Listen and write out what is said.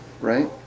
Right